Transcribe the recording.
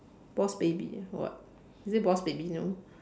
boss baby or what is it boss baby no